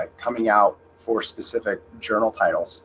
ah coming out for specific journal titles